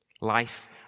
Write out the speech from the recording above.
Life